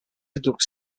conduct